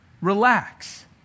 Relax